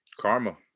Karma